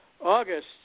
August